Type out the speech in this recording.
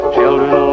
Children